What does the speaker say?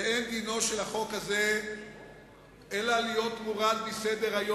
ואין דינו של החוק הזה אלא להיות מורד מסדר-היום,